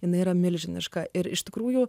jinai yra milžiniška ir iš tikrųjų